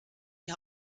die